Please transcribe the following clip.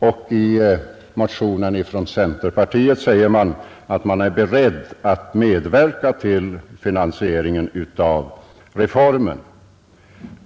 Och i motionen från centerpartiet säger man att man är beredd att medverka till finansieringen av reformen.